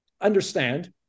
understand